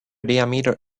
diameter